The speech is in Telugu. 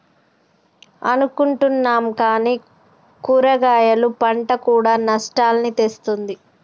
అనుకుంటున్నాం కానీ కూరగాయలు పంట కూడా నష్టాల్ని తెస్తుంది